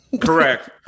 Correct